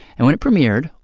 and when it premiered,